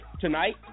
tonight